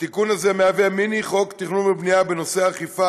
התיקון הזה מהווה מיני חוק תכנון ובנייה בנושא אכיפה,